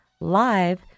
live